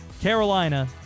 Carolina